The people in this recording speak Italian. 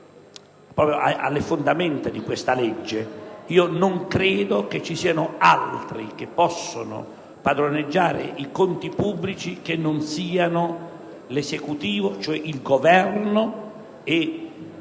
proprio alle fondamenta di questa legge. Non credo che altri possano padroneggiare i conti pubblici che non siano l'Esecutivo, cioè il Governo, e il